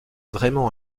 vraiment